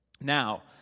Now